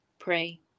pray